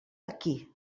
aquí